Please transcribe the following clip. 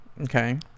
Okay